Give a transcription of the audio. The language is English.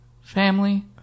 family